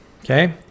okay